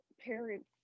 parents